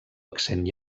accent